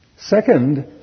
Second